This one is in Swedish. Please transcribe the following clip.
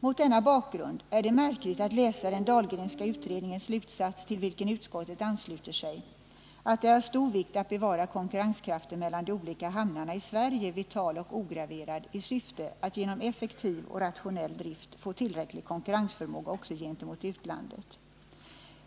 Mot denna bakgrund är det märkligt att läsa den Dahlgrenska utredning ens slutsats, till vilken utskottet ansluter sig, att det är av stor vikt att bevara konkurrenskraften mellan de olika hamnarna i Sverige vital och ograverad i syfte att genom effektiv och rationell drift få tillräcklig konkurrensförmåga också gentemot utlandet.